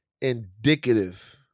indicative